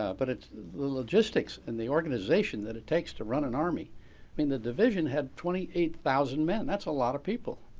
ah but it's the logistics and the organization that it takes to run an army. i mean the division had twenty eight thousand men. that's a lot of people.